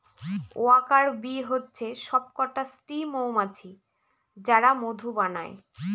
worker bee হচ্ছে সবকটা স্ত্রী মৌমাছি যারা মধু বানায়